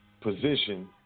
position